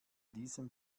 diesem